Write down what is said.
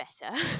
better